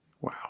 Wow